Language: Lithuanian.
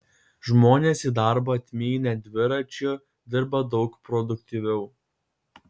žmonės į darbą atmynę dviračiu dirba daug produktyviau